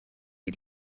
die